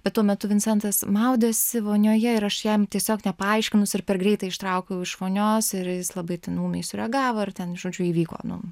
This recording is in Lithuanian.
bet tuo metu vincentas maudėsi vonioje ir aš jam tiesiog nepaaiškinus ir per greitai ištraukiau iš vonios ir jis labai ten ūmiai sureagavo ir ten žodžiu įvyko nu